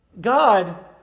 God